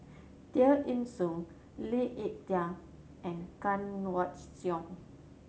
Tear Ee Soon Lee Ek Tieng and Kanwaljit Soin